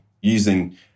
using